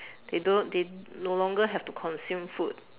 they don't they no longer have to consume food